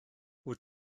wyt